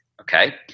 okay